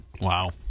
Wow